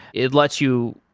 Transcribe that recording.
it lets you,